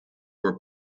were